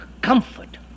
comfort